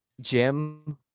Jim